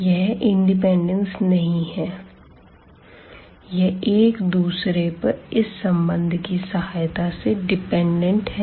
यह इंडिपेंडेंस नहीं है यह एक दूसरे पर इस संबंध की सहायता से डिपेंड है